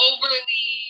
Overly